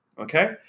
Okay